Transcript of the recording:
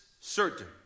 certain